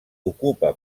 ocupa